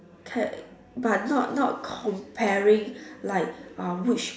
but not not comparing like uh which